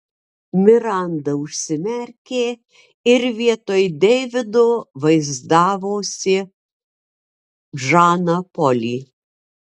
miranda užsimerkė ir vietoj deivido vaizdavosi žaną polį